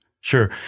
sure